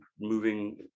moving